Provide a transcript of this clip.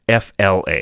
FLA